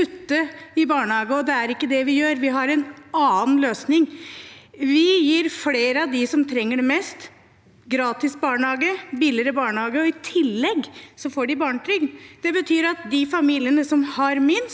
Vi har en annen løsning. Vi gir flere av dem som trenger det mest, gratis barnehage og billigere barnehage, og i tillegg får de barnetrygd. Det betyr at de familiene som har minst,